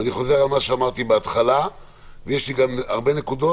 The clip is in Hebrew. ואני חוזר על מה שאמרתי בהתחלה ויש לי גם הרבה נקודות